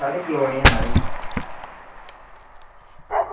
साढ़ी कॉलोनी ऐ म्हाराज